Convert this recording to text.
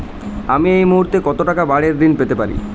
আমি এই মুহূর্তে কত টাকা বাড়ীর ঋণ পেতে পারি?